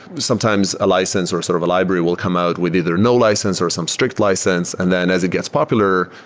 sometimes a license or sort of a library will come out with either no license or some strict license. and then as it gets popular,